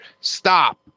stop